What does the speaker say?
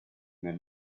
nel